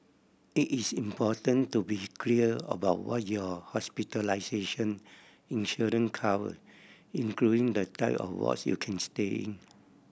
it is important to be clear about what your hospitalization insurance cover including the type of wards you can stay in